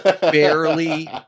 barely